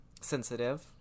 sensitive